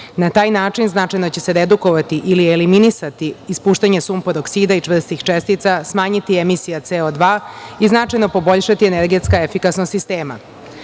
Na taj način značajno će se redukovati ili eliminisati ispuštanje sumpor-oksida i čvrstih čestica, smanjiti emisija CO2 i značajno poboljšati energetska efikasnost sistema. Ekološka